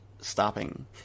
stopping